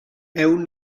awn